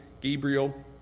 Gabriel